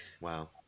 wow